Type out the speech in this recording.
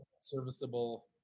serviceable